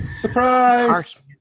Surprise